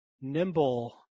nimble